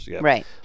Right